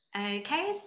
Okay